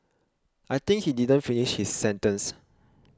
I think he didn't finish his sentence